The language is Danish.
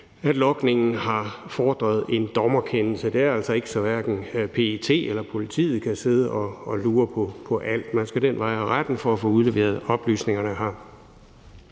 at logningen har fordret en dommerkendelse. Det er altså ikke sådan, at politiet eller PET kan sidde og lure på alt, for man skal ad rettens vej for at få udleveret oplysningerne.